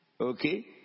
Okay